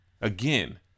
Again